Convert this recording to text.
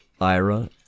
Ira